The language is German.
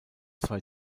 zwei